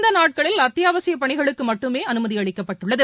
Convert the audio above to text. இந்தநாட்களில் அத்தியாவசியப் பணிகளுக்குமட்டுமேஅனுமதிஅளிக்கப்பட்டுள்ளது